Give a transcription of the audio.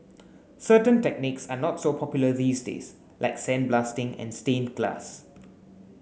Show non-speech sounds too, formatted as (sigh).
(noise) certain techniques are not so popular these days like sandblasting and stained glass